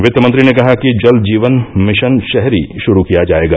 वित्त मंत्री ने कहा कि जल जीवन मिशन शहरी शुरू किया जाएगा